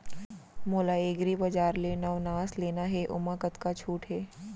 मोला एग्रीबजार ले नवनास लेना हे ओमा कतका छूट हे?